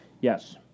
Yes